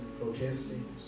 protesting